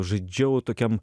žaidžiau tokiam